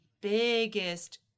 biggest